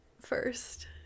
first